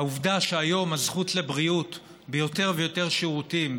העובדה שהיום הזכות לבריאות ביותר ויותר שירותים,